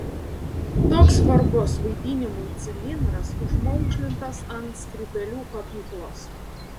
toks svarbus vaidinimui cilindras užmaukšlintas ant skrybėlių kabyklos